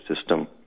system